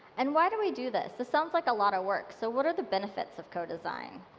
and why do we do this? this sounds like a lot of work. so what are the benefits of codesign?